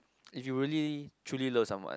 if you really truly love someone